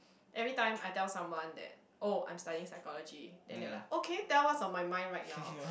everytime I tell someone that oh I'm studying psychology then they will like okay tell what's on my mind right now